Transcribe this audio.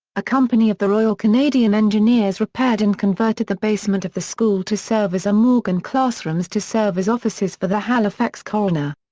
a company of the royal canadian engineers repaired and converted the basement of the school to serve as a morgue and classrooms to serve as offices for the halifax coroner.